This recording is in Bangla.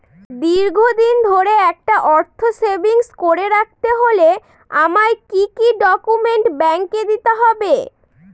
দীর্ঘদিন ধরে একটা অর্থ সেভিংস করে রাখতে হলে আমায় কি কি ডক্যুমেন্ট ব্যাংকে দিতে হবে?